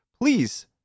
Please